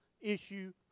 issue